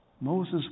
Moses